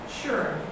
sure